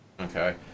Okay